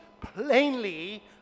plainly